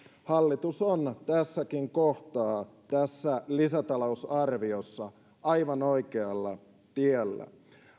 hallitus on tässäkin kohtaa tässä lisätalousarviossa aivan oikealla tiellä